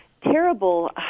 terrible